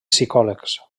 psicòlegs